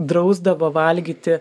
drausdavo valgyti